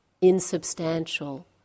insubstantial